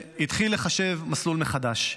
שהתחיל לחשב מסלול מחדש.